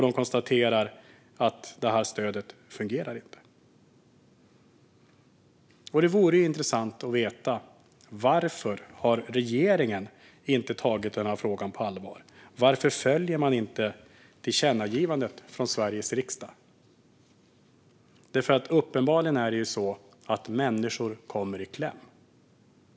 De konstaterade också att det här stödet inte fungerar. Det vore intressant att veta varför regeringen inte har tagit denna fråga på allvar. Varför följer man inte tillkännagivandet från Sveriges riksdag? Uppenbarligen kommer ju människor i kläm.